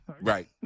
right